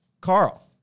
carl